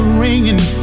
ringing